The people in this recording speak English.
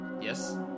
yes